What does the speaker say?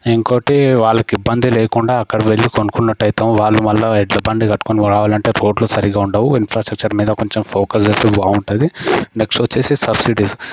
ఇంకోటి వాళ్లకి ఇబ్బంది లేకుండా అక్కడ వెళ్లి కొనుక్కున్నట్టు అయితే వాళ్లు మల్ల ఎడ్ల బండి కట్టుకొని రావాలంటే రోడ్లు సరిగా ఉండవు ఇన్ఫ్రాస్ట్రక్చర్ మీద కొంచెం ఫోకస్ చేస్తే బాగుంటుంది నెక్స్ట్ వచ్చేసి సబ్సిడీస్